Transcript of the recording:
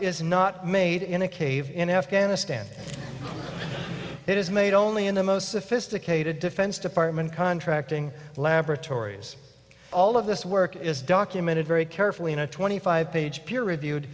is not made in a cave in afghanistan it is made only in the most sophisticated defense department contracting laboratories all of this work is documented very carefully in a twenty five page peer reviewed